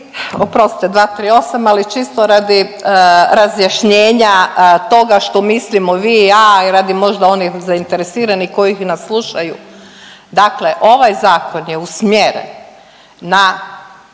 Oprostite 238., ali čisto radi razjašnjenja toga što mislimo vi i ja i radi možda onih zainteresiranih koji nas slušaju. Dakle, ovaj zakon je usmjeren na